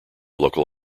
local